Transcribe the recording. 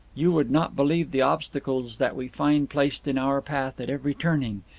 you would not believe the obstacles that we find placed in our path at every turning.